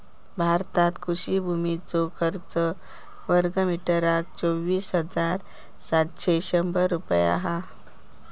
भारतात कृषि भुमीचो खर्च वर्गमीटरका चोवीस हजार सातशे शंभर रुपये हा